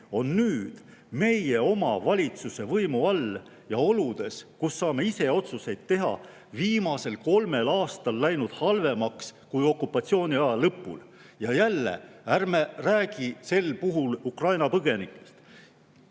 on nüüd meie oma valitsuse võimu all ja oludes, kus me saame ise otsuseid teha, viimasel kolmel aastal läinud halvemaks kui okupatsiooniaja lõpul. Jälle, ärme räägime sel puhul Ukraina põgenikest,